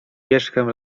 wierzchem